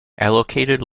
allocated